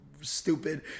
Stupid